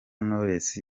knowless